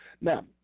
Now